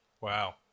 Wow